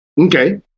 okay